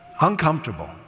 uncomfortable